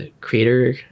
creator